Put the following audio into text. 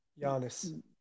Giannis